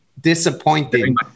disappointing